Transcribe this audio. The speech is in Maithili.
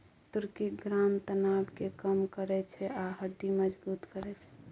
तुर्किश ग्राम तनाब केँ कम करय छै आ हड्डी मजगुत करय छै